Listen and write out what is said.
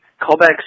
callbacks